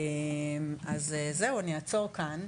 אז זהו, אני אעצור כאן.